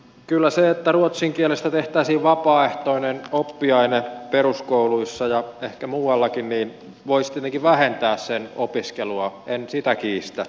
kyllä se että ruotsin kielestä tehtäisiin vapaaehtoinen oppiaine peruskouluissa ja ehkä muuallakin voisi tietenkin vähentää sen opiskelua en sitä kiistä